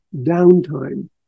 downtime